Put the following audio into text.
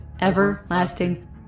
everlasting